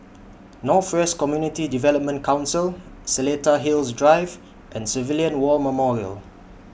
North West Community Development Council Seletar Hills Drive and Civilian War Memorial